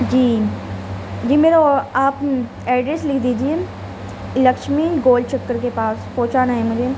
جی جی میرا آپ ایڈریس لکھ دیجیے لکچھمی گول چکر کے پاس پہچانا ہے مجھے